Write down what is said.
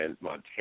Montana